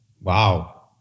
Wow